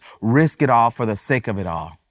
risk-it-all-for-the-sake-of-it-all